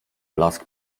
blask